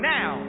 Now